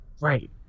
Right